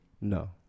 No